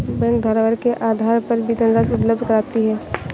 bank धरोहर के आधार पर भी धनराशि उपलब्ध कराती है